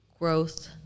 growth